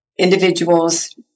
Individuals